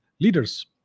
leaders